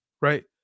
Right